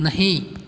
नहीं